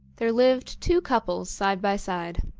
there lived two couples side by side.